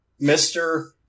Mr